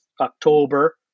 October